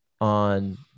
on